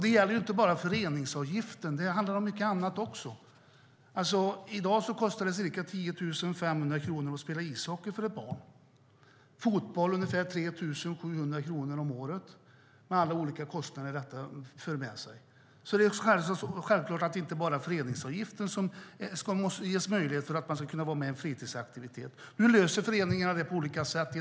Det gäller inte bara föreningsavgiften. Det handlar också om mycket annat. I dag kostar det ca 10 500 kronor att spela ishockey för ett barn. Fotboll kostar ungefär 3 700 kronor om året, med alla olika kostnader det för med sig. Det är självklart att det inte bara är föreningsavgiften som måste betalas för att man ska kunna vara med i en fritidsaktivitet. Nu löser föreningarna det på olika sätt.